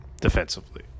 defensively